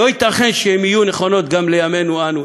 לא ייתכן שהן יהיו נכונות גם לימינו אנו,